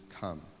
come